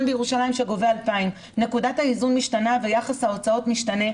בירושלים שגובה 2,000. נקודת האיזון משתנה ויחס ההוצאות משתנה.